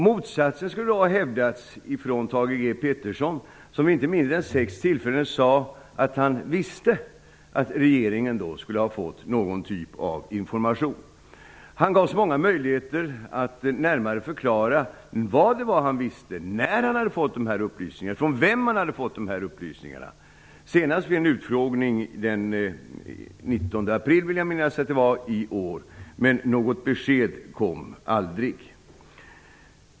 Motsatsen skulle ha hävdats av Thage G Peterson, som vid inte mindre än sex tillfällen sade att han visste att regeringen skulle ha fått någon typ av information. Han gavs många möjligheter att närmare förklara vad det var han visste, när han hade fått upplysningarna och från vem han hade fått upplysningarna. Senast var det, vill jag minnas, vid en utfrågning den 19 april. Men något besked kom aldrig.